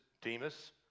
Demas